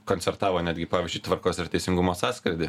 koncertavo netgi pavyzdžiui tvarkos ir teisingumo sąskrydy